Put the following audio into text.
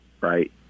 right